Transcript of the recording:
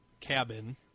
cabin